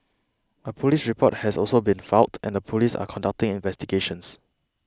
a police report has also been filed and the police are conducting investigations